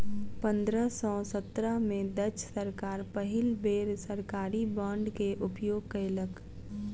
पंद्रह सौ सत्रह में डच सरकार पहिल बेर सरकारी बांड के उपयोग कयलक